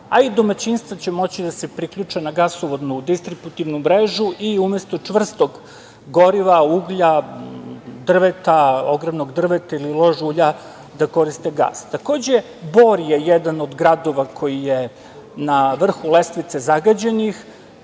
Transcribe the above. a i domaćinstva će moći da se priključe na gasovodnu distributivnu mrežu i umesto čvrstog goriva, uglja, drveta, ogrevnog drveta ili lož ulja da koriste gas. Takođe, Bor je jedan od gradova koji je na vrhu lestvice zagađenih.